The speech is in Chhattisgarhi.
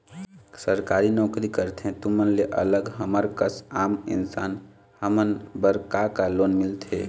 सरकारी नोकरी करथे तुमन ले अलग हमर कस आम इंसान हमन बर का का लोन मिलथे?